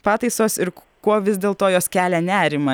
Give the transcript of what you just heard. pataisos ir kuo vis dėl to jos kelia nerimą